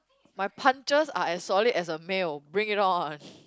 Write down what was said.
my punches are as solid as a male bring it on